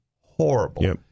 horrible